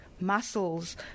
muscles